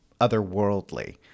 otherworldly